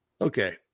Okay